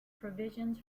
provisions